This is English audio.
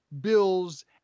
Bills